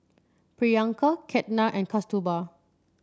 Priyanka Ketna and Kasturba